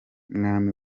mwami